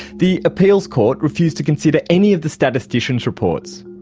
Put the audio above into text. the appeals court refused to consider any of the statistician's reports.